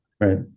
right